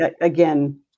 again